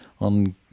on